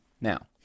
Now